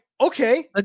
okay